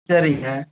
சரிங்க